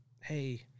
hey